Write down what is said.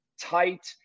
tight